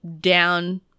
down